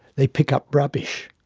they pick up rubbish,